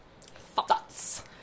Thoughts